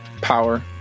power